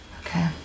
Okay